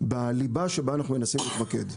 בליבה שבה אנחנו מנסים להתמקד,